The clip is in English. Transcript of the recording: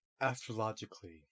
astrologically